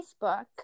Facebook